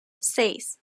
seis